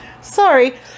sorry